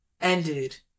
ended